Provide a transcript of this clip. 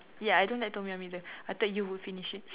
ya I don't like Tom-Yum either I thought you would finish it